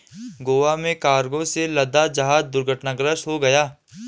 गोवा में कार्गो से लदा जहाज दुर्घटनाग्रस्त हो गया